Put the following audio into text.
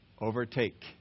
overtake